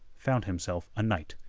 found himself a knight.